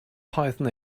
python